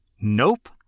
Nope